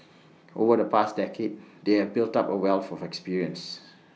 over the past decade they have built up A wealth of experience